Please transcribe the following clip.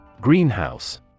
Greenhouse